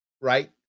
right